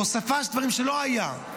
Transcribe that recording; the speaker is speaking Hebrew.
הוספה של דברים שלא היו,